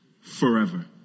forever